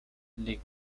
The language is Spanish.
league